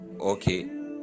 Okay